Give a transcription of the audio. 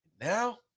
Now